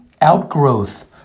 outgrowth